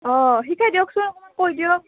অঁ শিকাই দিয়কচোন অকণমান কৈ দিয়ক